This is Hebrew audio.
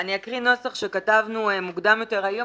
אני אקריא נוסח שכתבנו מוקדם יותר היום.